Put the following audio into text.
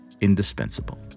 indispensable